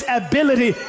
ability